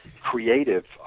creative